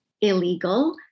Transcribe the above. illegal